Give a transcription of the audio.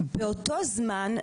באותו זמן,